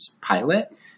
pilot